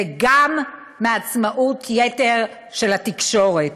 וגם מעצמאות יתר של התקשורת.